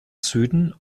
süden